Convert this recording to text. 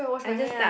I just touch